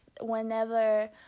whenever